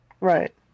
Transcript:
Right